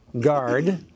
Guard